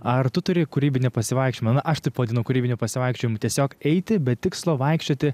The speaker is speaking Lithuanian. ar tu turi kūrybinį pasivaikščiojimą na aš taip vadinu kūrybiniu pasivaikščiojimu tiesiog eiti be tikslo vaikščioti